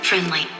Friendly